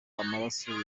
amaraso